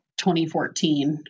2014